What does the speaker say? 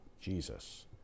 Jesus